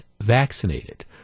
vaccinated